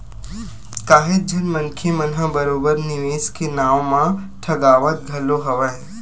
काहेच झन मनखे मन ह बरोबर निवेस के नाव म ठगावत घलो हवय